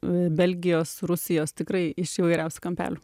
belgijos rusijos tikrai iš įvairiausių kampelių